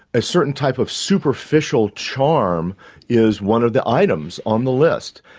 a certain type of superficial charm is one of the items on the list.